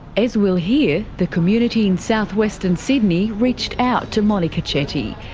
as we'll hear, the community in south-western sydney reached out to monika chetty.